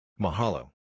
Mahalo